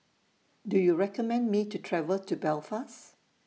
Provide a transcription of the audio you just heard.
Do YOU recommend Me to travel to Belfast